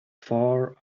far